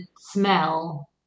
smell